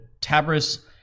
Tabris